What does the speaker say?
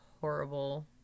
horrible